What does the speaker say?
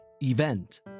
event